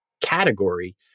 category